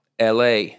LA